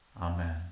Amen